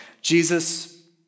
Jesus